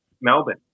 Melbourne